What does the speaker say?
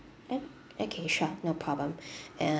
oh okay sure no problem